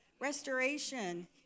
restoration